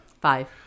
Five